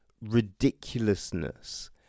ridiculousness